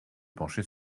pencher